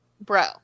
bro